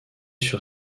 sur